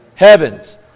heavens